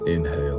Inhale